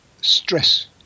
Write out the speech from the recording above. stress